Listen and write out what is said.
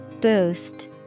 Boost